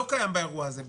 זה לא קיים בתקציב.